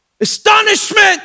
Astonishment